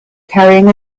carrying